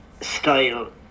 style